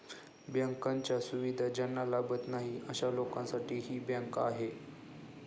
बँकांच्या सुविधा ज्यांना लाभत नाही अशा लोकांसाठी ही बँक आहे